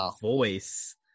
voice